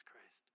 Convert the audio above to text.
Christ